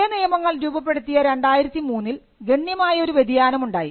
പുതിയ നിയമങ്ങൾ രൂപപ്പെടുത്തിയ 2003 ൽ ഗണ്യമായ ഒരു വ്യതിയാനം ഉണ്ടായി